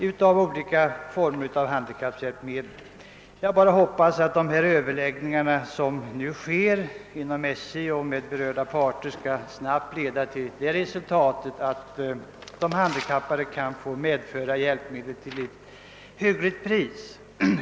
Jag vill nu bara hoppas att de överläggningar som skall försiggå mellan SJ och de andra berörda parterna snart kan leda till det resultatet, att de handikappade till ett hyggligt pris får medföra sina hjälpmedel vid resa.